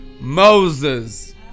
Moses